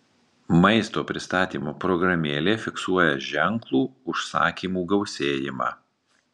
maisto pristatymo programėlė fiksuoja ženklų užsakymų gausėjimą